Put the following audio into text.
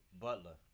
Butler